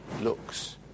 looks